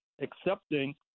accepting